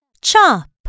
chop